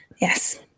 yes